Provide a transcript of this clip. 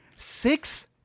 Six